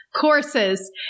courses